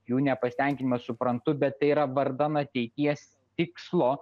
jų nepasitenkinimą suprantu bet tai yra vardan ateities tikslo